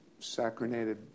saccharinated